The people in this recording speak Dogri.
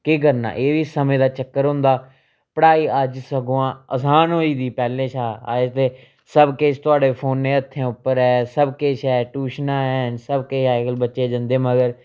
केह् करना एह् बी समें दा चक्कर होंदा पढ़ाई अज्ज सगुआं असान होई गेदी पैह्ले शा अज्ज ते सब किश थुआढ़े फोना हत्थें उप्पर ऐ सब किश ऐ ट्यूशनां हैन सब किश अज्जकल बच्चे जंदे मगर